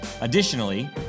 Additionally